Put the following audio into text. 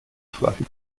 fluffy